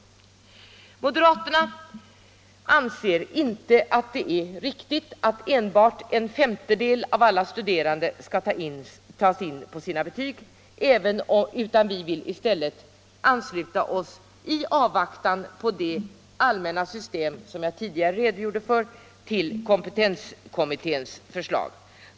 Vi moderater anser inte att det är riktigt att enbart en femtedel av alla studerande skall tas in på sina betyg utan vi vill i stället ansluta oss, i avvaktan på det allmänna system som jag tidigare redogjort för, till kompetenskommitténs förslag.